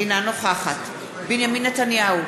אינה נוכחת בנימין נתניהו,